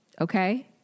Okay